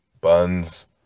Buns